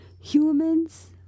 Humans